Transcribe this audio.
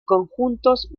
conjuntos